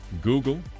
google